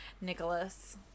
Nicholas